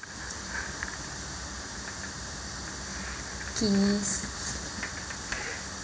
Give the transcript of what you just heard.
okay